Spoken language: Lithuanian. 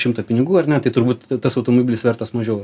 šimto pinigų ar ne tai turbūt tas automobilis vertas mažiau